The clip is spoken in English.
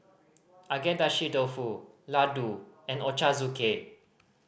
Agedashi Dofu Ladoo and Ochazuke